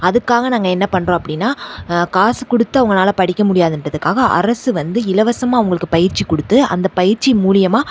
அதுக்காக நாங்கள் என்ன பண்றோம் அப்படின்னா காசு கொடுத்து அவங்கனால படிக்க முடியாதுன்றதுக்காக அரசு வந்து இலவசமாக அவங்களுக்கு பயிற்சி கொடுத்து அந்த பயிற்சியின் மூலிமா